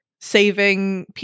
saving